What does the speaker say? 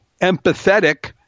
empathetic